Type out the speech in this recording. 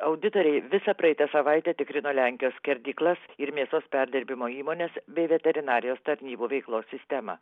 auditoriai visą praeitą savaitę tikrino lenkijos skerdyklas ir mėsos perdirbimo įmones bei veterinarijos tarnybų veiklos sistemą